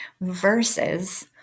versus